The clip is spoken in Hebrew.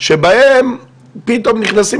היא אינה מיקשה אחת